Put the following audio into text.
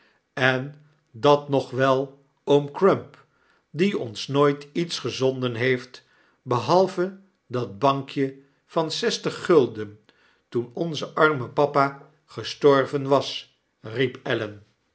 en dat nog wel oom crump die ons nooit iets gezonden heeft behalve dat bankje van zestig gulden toen onze arme papa gestorven was